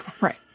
right